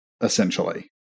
essentially